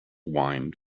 wine